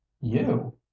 You